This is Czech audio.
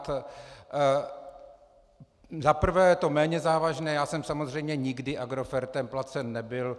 Za prvé, je to méně závažné, já jsem samozřejmě nikdy Agrofertem placen nebyl.